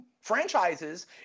franchises